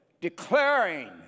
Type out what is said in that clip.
declaring